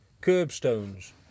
curbstones